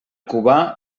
cubà